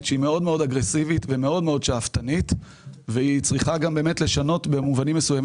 אגרסיבית מאוד ושאפתנית מאוד והיא צריכה לשנות במובנים מסוים